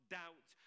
doubt